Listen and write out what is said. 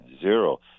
Zero